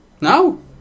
No